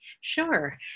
Sure